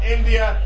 India